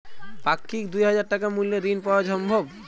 পাক্ষিক দুই হাজার টাকা মূল্যের ঋণ পাওয়া সম্ভব?